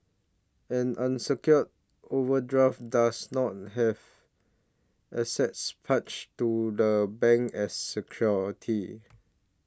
an unsecured overdraft does not have assets parched to the bank as security